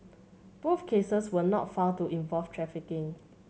both cases were not found to involve trafficking